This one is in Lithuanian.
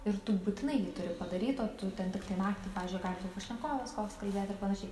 ir tu būtinai jį turi padaryt o tu ten tiktai naktį pavyzdžiui gali tau pašnekovas koks kalbėt ir panašiai